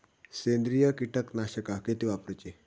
सेंद्रिय कीटकनाशका किती वापरूची?